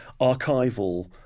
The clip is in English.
archival